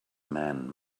man